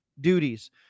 duties